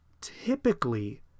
typically